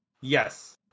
Yes